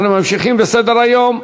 אנחנו ממשיכים בסדר-היום.